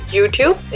YouTube